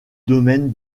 domaine